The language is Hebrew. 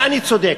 אני צודק.